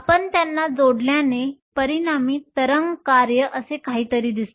आपण त्यांना जोडल्याने परिणामी तरंग कार्य असे काहीतरी दिसते